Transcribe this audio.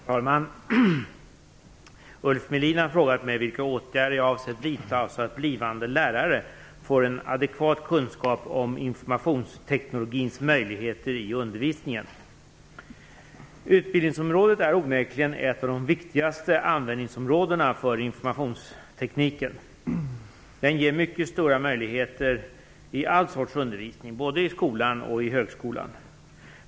Herr talman! Ulf Melin har frågat mig vilka åtgärder jag avser att vidta så att blivande lärare får en adekvat kunskap om informationsteknologins möjligheter i undervisningen. Utbildningsområdet är onekligen ett av de viktigaste användningsområdena för informationstekniken. Den ger mycket stora möjligheter i all sorts undervisning, både i skolan och i högskolan.